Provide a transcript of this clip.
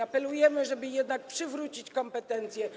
Apelujemy, żeby jednak przywrócić kompetencje.